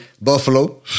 Buffalo